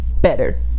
better